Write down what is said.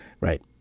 Right